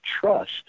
trust